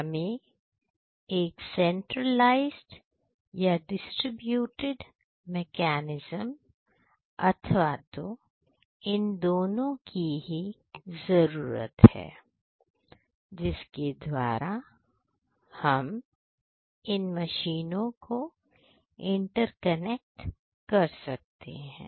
हमें एक सेंट्रलाइज्ड या डिसटीब्युटेड मेकैनिज्म अथवा तो इन दोनों की ही जरूरत है जिसके द्वारा हम इन मशीनों को इंटरकनेक्ट कर सकते हैं